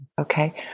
Okay